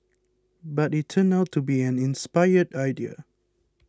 but it turned out to be an inspired idea